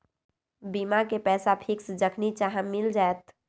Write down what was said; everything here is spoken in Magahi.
बीमा के पैसा फिक्स जखनि चाहम मिल जाएत?